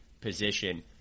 position